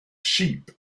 sheep